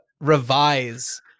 revise